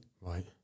Right